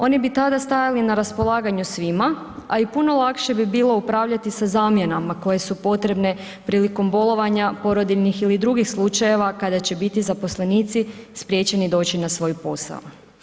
Oni bi tada stajali na raspolaganju svima a i puno lakše bi bilo upravljati sa zamjenama koje su potrebne prilikom bolovanja, porodiljnih ili drugih slučajeva kada će biti zaposlenici spriječeni doći na svoj posao.